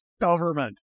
government